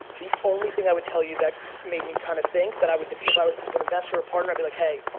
the only thing i would tell you that made me kind of think that i would, if i was an investor or a partner, i'd be like hey.